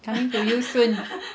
coming to you soon